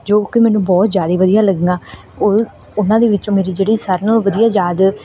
ਜੋ ਕਿ ਮੈਨੂੰ ਬਹੁਤ ਜ਼ਿਆਦਾ ਵਧੀਆ ਲੱਗੀਆਂ ਉਹ ਉਹਨਾਂ ਦੇ ਵਿੱਚੋਂ ਮੇਰੀ ਜਿਹੜੀ ਸਾਰਿਆਂ ਨਾਲੋਂ ਵਧੀਆ ਯਾਦ